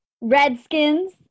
Redskins